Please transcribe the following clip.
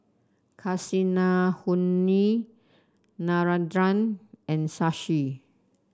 Kasinadhuni Narendra and Shashi